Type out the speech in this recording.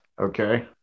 Okay